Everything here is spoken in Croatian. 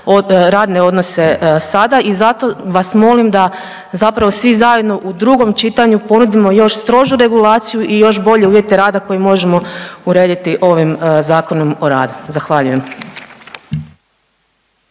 radne odnose sada i zato vas molim da zapravo svi zajedno u drugom čitanju ponudimo još strožu regulaciju i još bolje uvjete rada koje možemo urediti ovim Zakonom o radu. Zahvaljujem.